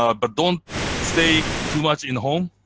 ah but don't stay too much in home,